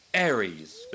Aries